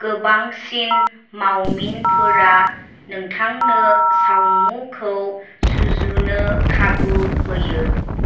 गोबांसिन मावमिनफोरा नोंथांनो सावमुखौ सुजुनो खाबु होयो